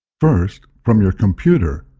first, from your computer,